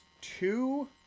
two